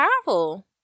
powerful